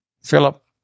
Philip